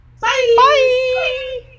Bye